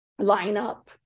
lineup